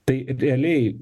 tai realiai